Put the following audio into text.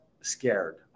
scared